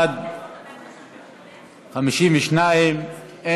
חוק שירות הקבע בצבא ההגנה לישראל (חיילות בשירות קבע) (תיקון)